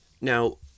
now